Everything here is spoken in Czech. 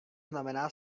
znamená